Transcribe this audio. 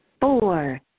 four